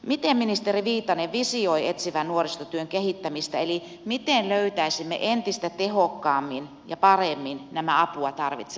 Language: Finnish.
miten ministeri viitanen visioi etsivän nuorisotyön kehittämistä eli miten löytäisimme entistä tehokkaammin ja paremmin nämä apua tarvitsevat nuoret